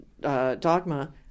dogma